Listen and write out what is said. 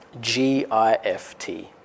G-I-F-T